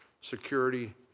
security